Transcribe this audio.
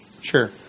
Sure